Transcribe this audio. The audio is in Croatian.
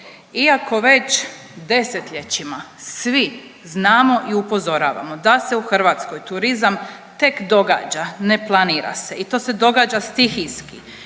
iako već desetljećima svi znamo i upozoravamo da se u Hrvatskoj turizam tek događa, ne planira se i to se događa stihijski